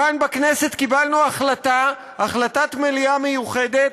כאן בכנסת קיבלנו החלטה, החלטת מליאה מיוחדת,